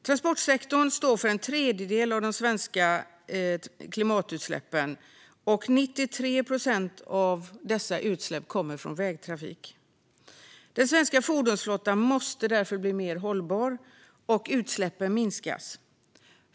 Transportsektorn står för en tredjedel av de svenska klimatutsläppen, och 93 procent av dessa utsläpp kommer från vägtrafik. Den svenska fordonsflottan måste därför bli mer hållbar, och utsläppen måste minskas.